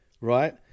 right